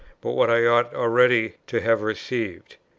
but what i ought already to have received,